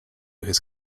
his